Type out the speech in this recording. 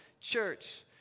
church